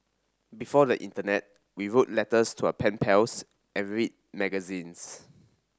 before the internet we wrote letters to our pen pals and read magazines